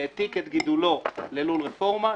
העתיק את גידולו ללול רפורמה,